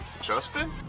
Justin